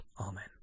Amen